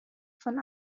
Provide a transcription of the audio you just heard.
von